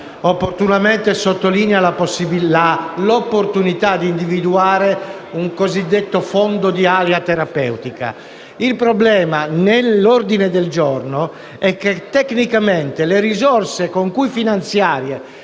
opportunamente sottolinea l'opportunità di individuare un cosiddetto Fondo di Area terapeutica. Il problema nell'ordine del giorno è che tecnicamente le risorse con cui finanziare